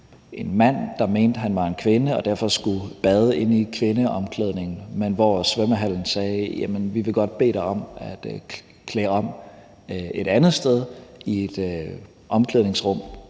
en mand, der mente, at han var en kvinde og derfor skulle bade inde i kvindeomklædningen, men hvor svømmehallen sagde: Vi vil godt bede dig om at klæde om et andet sted i et omklædningsrum